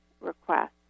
request